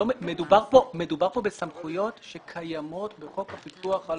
מדובר כאן בסמכויות שקיימות בחוק הפיקוח על